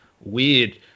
weird